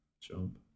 Jump